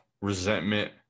Resentment